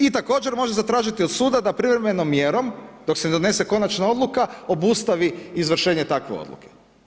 I također može zatražiti od suda da privremenom mjerom, dok se ne donese konačna odluka obustavi izvršenje takve odluke.